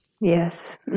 Yes